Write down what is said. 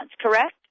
correct